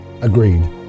Agreed